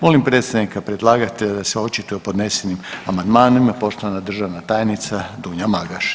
Molim predstavnika predlagatelja da se očituje o podnesenim amandmanima, poštovana državna tajnica Dunja Magaš.